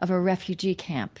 of a refugee camp,